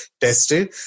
tested